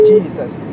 Jesus